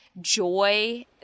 joy